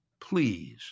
Please